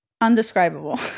undescribable